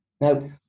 now